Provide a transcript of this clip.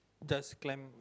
just climb